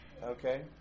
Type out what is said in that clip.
Okay